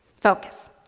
focus